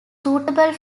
suitable